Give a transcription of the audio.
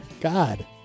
God